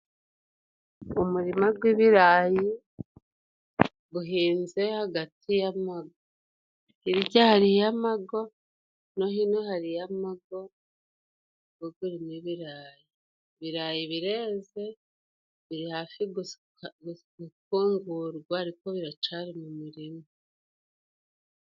Umurima gw'ibirayi guhinze hagati y'amago, hirya hariyo amago no hino hariyo amago, go gurimo ibirayi, ibirayi bireze biri hafi gukungurwa ariko biracari mu murima.